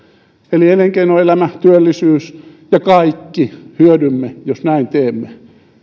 elinkeinoelämä työllisyys ja kaikki hyödymme jos näin teemme